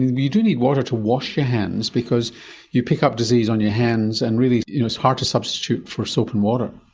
you do need water to wash your hands because you pick up disease on your hands and really you know it's hard to substitute for soap and water.